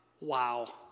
Wow